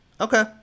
Okay